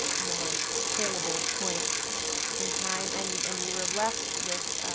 more saleable points in time. and and and you were left with,